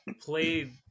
played